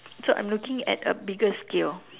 so I'm looking at a bigger scale